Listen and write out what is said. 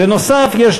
נוסף על כך,